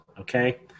okay